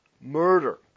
Murder